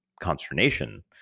consternation